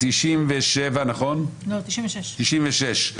הצבעה לא אושרה.